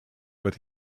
but